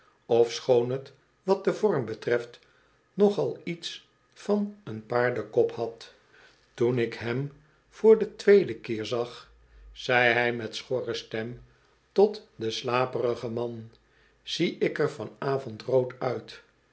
ofschoon het wat den vorm betreft nogal iets van een paardenkop had toen ik hem voor den tweeden keer zag zei hij met schorre stem tot den slaperigen man zie ik er van avond rood uit